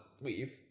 leave